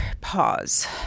pause